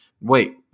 wait